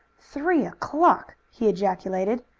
three o'clock, he ejaculated.